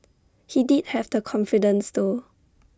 he did have the confidence though